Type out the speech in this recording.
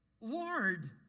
Lord